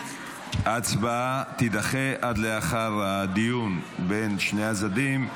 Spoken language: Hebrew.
ההצבעה תידחה עד לאחר הדיון בין שני הצדדים.